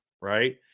Right